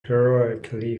heroically